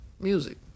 Music